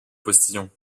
postillon